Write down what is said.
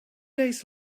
days